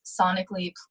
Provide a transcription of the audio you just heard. sonically